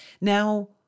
Now